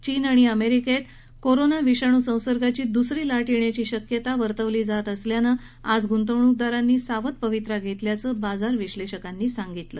चीन आणि अमेरिकेत कोरोनाची दुसरी लाट येण्याची शक्यता जगभरात वर्तवली जात असल्यानं आज गुंतवणूकदारांनी सावध पवित्रा घेतल्याचं बाजार विश्लेषकांनी सांगितलं